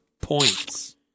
points